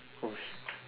oh